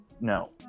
No